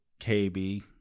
kb